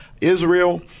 Israel